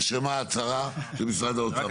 נרשמה ההצהרה של משרד האוצר.